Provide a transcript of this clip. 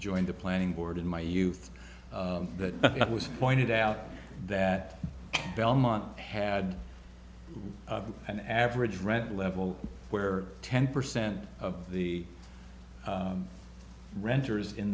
joined the planning board in my youth that was pointed out that belmont had an average rent level where ten percent of the renters in